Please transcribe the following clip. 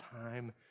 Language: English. time